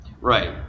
Right